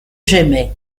j’aimai